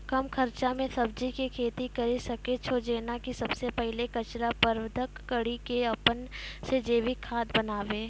कम खर्च मे सब्जी के खेती करै सकै छौ जेना कि सबसे पहिले कचरा प्रबंधन कड़ी के अपन से जैविक खाद बनाबे?